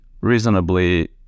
reasonably